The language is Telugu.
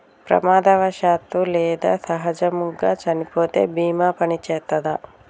ప్రమాదవశాత్తు లేదా సహజముగా చనిపోతే బీమా పనిచేత్తదా?